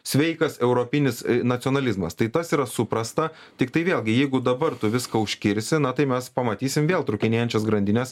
sveikas europinis nacionalizmas tai tas yra suprasta tiktai vėlgi jeigu dabar tu viską užkirsi na tai mes pamatysim vėl trūkinėjančias grandines